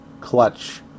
clutch